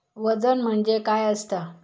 वजन म्हणजे काय असता?